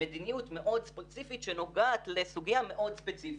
במדיניות מאוד ספציפית שנוגעת לסוגיה מאוד ספציפית.